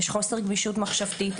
יש חוסר גמישות מחשבתית,